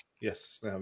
Yes